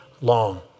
long